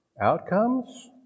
outcomes